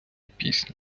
пісня